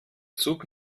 zug